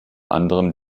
anderem